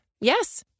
Yes